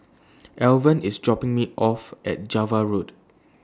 Alvan IS dropping Me off At Java Road